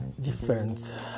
different